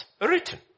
written